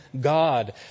God